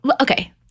Okay